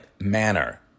manner